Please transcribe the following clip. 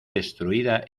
destruida